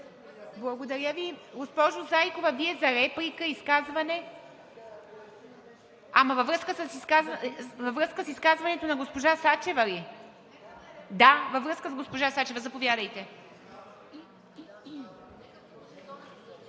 Мика Зайкова.) Госпожо Зайкова, Вие за реплика, изказване? Във връзка с изказването на госпожа Сачева ли? Да, във връзка с госпожа Сачева, заповядайте.